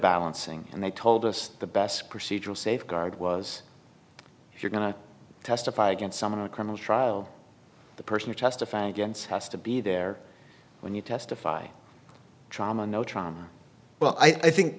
balancing and they told us the best procedural safeguard was if you're going to testify against someone in a criminal trial the person to testify against has to be there when you testify trauma no trial well i think